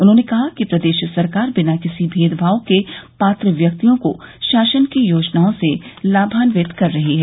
उन्होंने कहा कि प्रदेश सरकार बिना किसी भेदभाव के पात्र व्यक्तियों को शासन की योजनाओं से लाभान्वित करा रही है